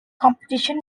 competition